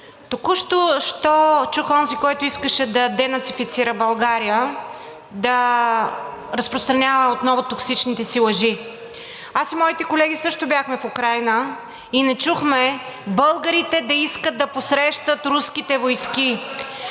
Току-що чух онзи, който искаше да денацифицира България, да разпространява отново токсичните си лъжи. Аз и моите колеги също бяхме в Украйна и не чухме българите да искат да посрещат руските войски.